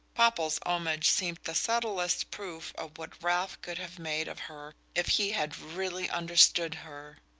popple's homage seemed the, subtlest proof of what ralph could have made of her if he had really understood her.